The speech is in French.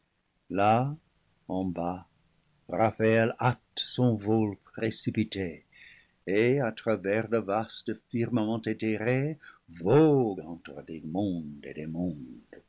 là en bas raphaël hâte son vol précipité et à travers le vaste firmament éthéré vogue entre des mondes et